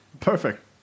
Perfect